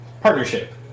partnership